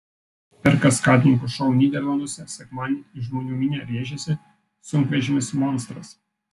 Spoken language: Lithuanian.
per kaskadininkų šou nyderlanduose sekmadienį į žmonų minią rėžėsi sunkvežimis monstras